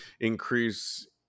increase